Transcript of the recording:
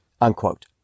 Unquote